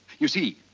you see